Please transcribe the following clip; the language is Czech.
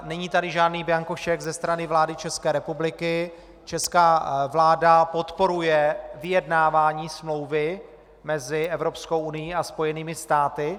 Není tady žádný bianco šek ze strany vlády České republiky, česká vláda podporuje vyjednávání smlouvy mezi Evropskou unií a Spojenými státy.